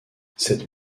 cette